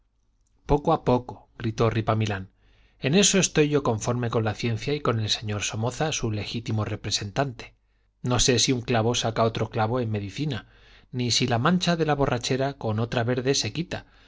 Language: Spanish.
técnicos poco a poco gritó ripamilán en eso estoy yo conforme con la ciencia y con el señor somoza su legítimo representante no sé si un clavo saca otro clavo en medicina ni si la mancha de la borrachera con otra verde se quita